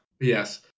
Yes